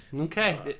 Okay